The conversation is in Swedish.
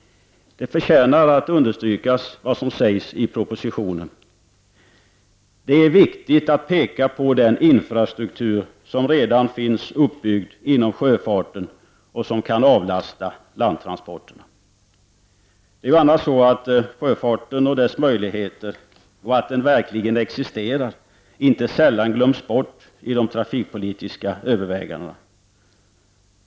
Det förtjänar att understrykas vad som sägs i propositionen: ”Det är viktigt att peka på den infrastruktur som redan finns uppbyggd inom sjöfarten och som kan avlasta landtransporterna.” Sjöfarten och dess möjligheter, och att den verkligen existerar, glöms inte sällan bort i de trafikpolitiska övervägandena.